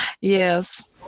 yes